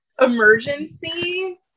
emergency